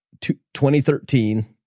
2013